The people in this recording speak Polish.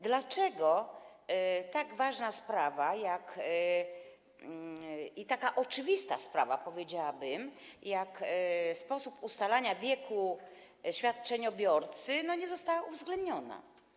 Dlaczego tak ważna i taka oczywista sprawa, powiedziałabym, jak sposób ustalania wieku świadczeniobiorcy, nie została uwzględniona?